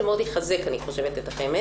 אני חושבת שזה מאוד יחזק את החמ"ד.